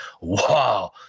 wow